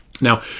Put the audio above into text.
Now